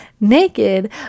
naked